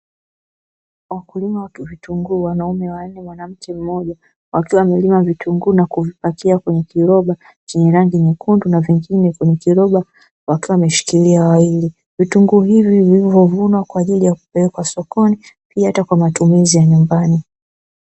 Wakulima wa vitunguu, wanaume wanne na mwanamke mmoja akiwa kupakia kwenye kiroba chenye rangi nyekundu na vingine kwenye kiroba wakiwa wameshikilia wawili. Vitunguu hivi vilivyovunwa na kupelekwa sokoni kwa ajili ya kupelekwa sokoni, pia hata kwa matumizi ya nyumbani.